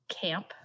camp